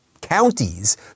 counties